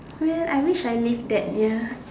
well I wish I live that near